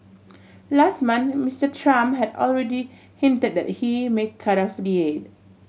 last month Mister Trump had already hinted that he may cut off the aid